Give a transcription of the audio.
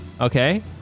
okay